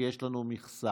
כי יש לנו מכסה,